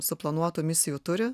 suplanuotų misijų turi